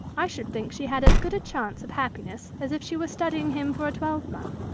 i should think she had as good a chance of happiness as if she were studying him for a twelve-month.